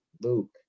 Luke